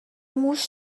موش